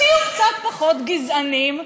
תהיו קצת פחות גזענים,